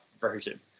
version